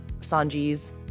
Sanji's